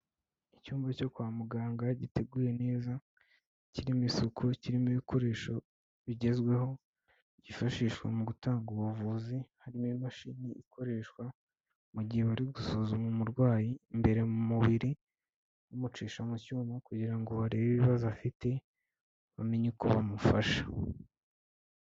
Icyumba cyo kwa muganga giteguye neza, kirimo isuku, kirimo ibikoresho bigezweho byifashishwa mu gutanga ubuvuzi, harimo imashini ikoreshwa mu gihe bari gusuzuma umurwayi imbere mu mubiri bamucisha mu cyuma kugira ngo barebe ibibazo afite bamenye uko bamufasha.